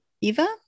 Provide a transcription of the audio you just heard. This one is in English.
eva